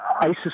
ISIS